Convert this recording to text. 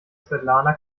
svetlana